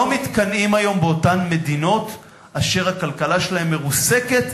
לא מתקנאים היום באותן מדינות אשר הכלכלה שלהן מרוסקת,